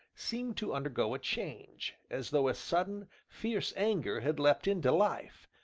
seemed to undergo a change, as though a sudden, fierce anger had leapt into life,